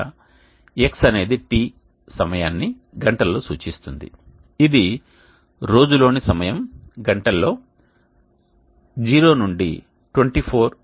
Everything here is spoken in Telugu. ఇక్కడ X అనేది t సమయాన్ని గంటల్లో సూచిస్తుంది ఇది రోజులోని సమయం గంటలలో 0 నుండి 24 గంటలు